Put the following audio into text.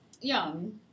Young